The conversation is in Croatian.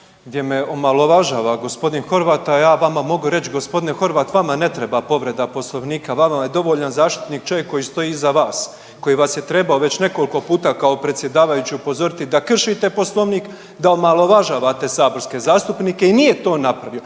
gdje me omalovažava g. Horvat, a ja vama mogu reći, g. Horvat, vama ne treba povreda Poslovnika, vama je dovoljan zaštitnik čovjek koji stoji iza vas, koji vas je trebao već nekoliko puta kao predsjedavajući upozoriti da kršite Poslovnik, da omalovažavate saborske zastupnike i nije to napravio.